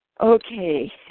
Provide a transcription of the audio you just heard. Okay